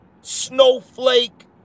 snowflake